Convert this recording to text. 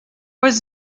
was